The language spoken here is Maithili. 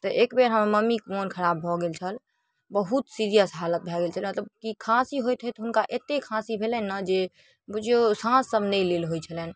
तऽ एकबेर हमर मम्मीके मोन खराब भऽ गेल छल बहुत सिरिअस हालत भऽ गेल छल मतलब ई खाँसी होइत होइत हुनका एतेक खाँसी भेलनि ने जे बुझिऔ साँससब नहि लेल होइ छलनि